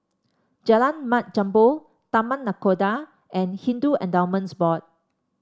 Jalan Mat Jambol Taman Nakhoda and Hindu Endowments Board